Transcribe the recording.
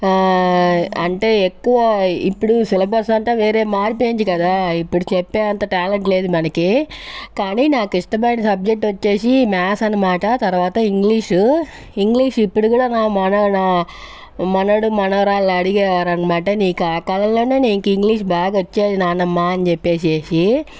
అంటే ఎక్కువ ఇప్పుడు సిలబస్ అంతా వేరే మారిపోయింది కదా ఇప్పుడు చెప్పే అంత టాలెంట్ లేదు మనకి కానీ నాకు ఇష్టమైన సబ్జెక్ట్ వచ్చేసి మ్యాథ్స్ అనమాట తర్వాత ఇంగ్లీషు ఇంగ్లీష్ ఇప్పుడు కూడా నా మనవడు మనవడు మనవరాలు అడిగేవారు అనమాట నీకు ఆ కాలంలోనే నీకు ఇంగ్లీష్ బాగా వచ్చేది నానమ్మ అని చెప్పేసేసి